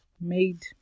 made